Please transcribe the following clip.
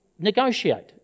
negotiate